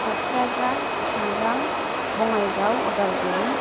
Kokrajhar Chirang Bongaigaon Udalguri